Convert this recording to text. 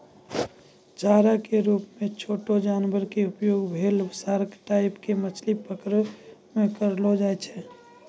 चारा के रूप मॅ छोटो जानवर के उपयोग व्हेल, सार्क टाइप के मछली पकड़ै मॅ करलो जाय छै